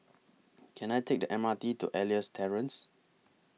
Can I Take The M R T to Elias Terrace